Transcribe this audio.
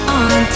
on